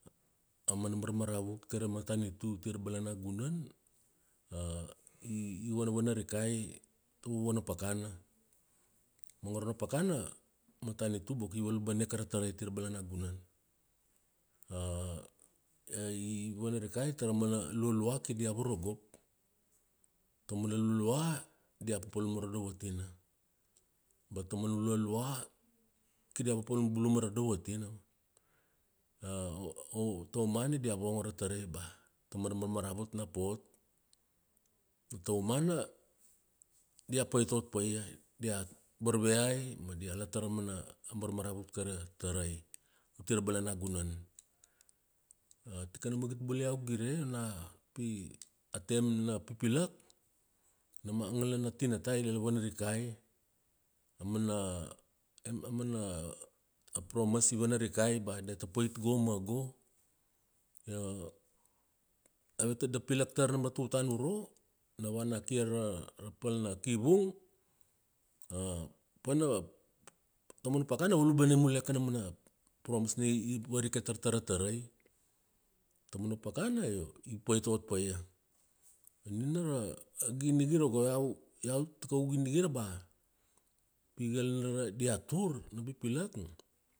Aumana marmaravut kai ra matanitu uti rabalana gunan ivanavana rikai avuavuana pakana, mangoro na pakana amatanitu boko ivalubaneke ratarai ati rabalana nagunan. ivana rikai tara aumana lualua kir dia vorogop, taumana lualua dia papalum ma ra dovotina, ba taumana lualua kir dia papalum bula ma ra dovotina, taumana dia vongo ratarai bea taumana marmaravut na pot, taumana dia pait ot paia, dia varveai ma dia latar raumana marmaravut kai ratarai ati rabalana gunan. tikana magit bula iau gire ona pi atem na pipilak, nam angalana tinata ilavana rikai, aumana, aumana promise ivana rikai bea diata pait go ma go. dapilak tar nam ra tutana uro, navana ki aro ra palnakivung, taumana pakana valubane muleke kana mana promise i-ivarike tar-tara tarai, taumana pakana io ipait ot paia. Io nina ra ginigira go iau, iau takaugu ginigira bea pigal nina diatur na pipilak